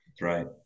right